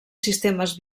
sistemes